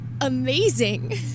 amazing